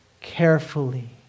carefully